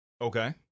Okay